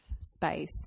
space